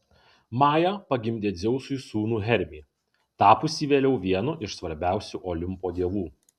maja pagimdė dzeusui sūnų hermį tapusį vėliau vienu iš svarbiausių olimpo dievų